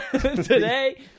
Today